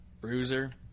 Bruiser